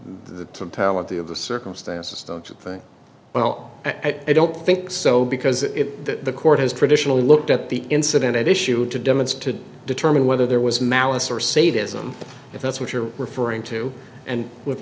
of the circumstances don't you think well i don't think so because if the court has traditionally looked at the incident at issue to demonstrate to determine whether there was malice or sadism if that's what you're referring to and with